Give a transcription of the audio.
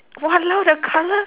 !walao! the colour